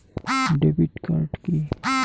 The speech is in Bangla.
Debit card key?